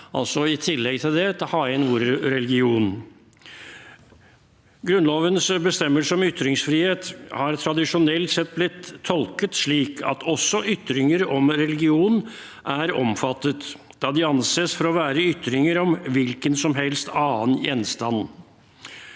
«religion» i bestemmelsen) Grunnlovens bestemmelser om ytringsfrihet har tradisjonelt sett blitt tolket slik at også ytringer om religion er omfattet, da de anses for å være ytringer om hvilken som helst annen gjenstand.